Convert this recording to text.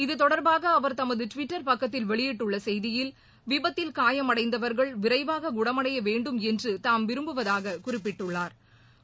இதுதொடர்பாகஅவர் தமதுடுவிட்டர் பக்கத்தில் வெளியிட்டுள்ளசெய்தியில் விபத்தில் காயமடைந்தவர்கள் விரைவாக்குணமடையவேண்டும் என்றுதாம் விரும்புவதாக்குறிப்பிட்டுள்ளாா்